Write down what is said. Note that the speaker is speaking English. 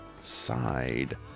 side